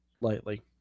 lightly